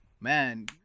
man